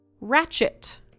ratchet